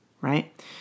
right